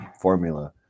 formula